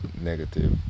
negative